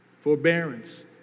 forbearance